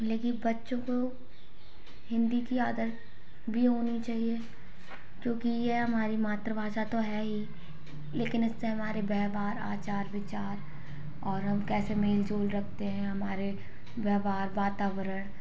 लेकिन बच्चों को हिंदी की आदत भी होनी चाहिए क्योंकि ये हमारी मातृभाषा तो है ही लेकिन इससे हमारे व्यवहार आचार विचार और हम कैसे मेलजोल रखते हैं हमारे व्यवहार वातावरण